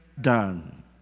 done